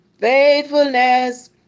faithfulness